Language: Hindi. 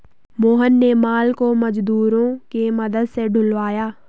मोहन ने माल को मजदूरों के मदद से ढूलवाया